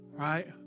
Right